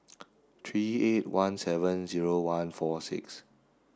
three eight one seven zero one four six